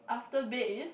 after bed is